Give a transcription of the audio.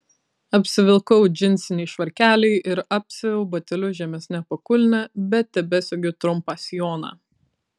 apsivilkau džinsinį švarkelį ir apsiaviau batelius žemesne pakulne bet tebesegiu trumpą sijoną